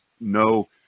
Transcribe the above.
no